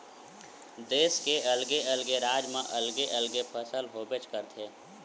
देस के अलगे अलगे राज म अलगे अलगे फसल होबेच करथे